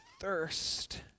thirst